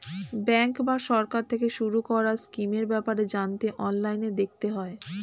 bank বা সরকার থেকে শুরু করা স্কিমের ব্যাপারে জানতে অনলাইনে দেখতে হয়